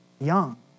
young